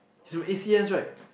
he's from A_C_S right